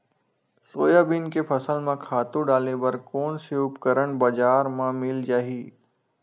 Soybean के फसल म खातु डाले बर कोन से उपकरण बजार म मिल जाहि?